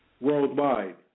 Worldwide